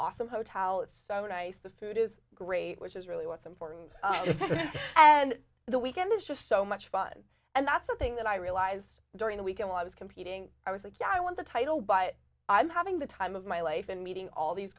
awesome hotel it's so nice the food is great which is really what's important and the weekend is just so much fun and that's something that i realized during the week i was competing i was like yeah i want the title but i'm having the time of my life and meeting all these